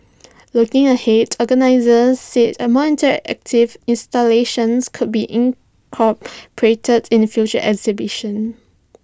looking ahead organisers said more interactive installations could be incorporated in future exhibitions